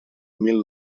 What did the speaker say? mil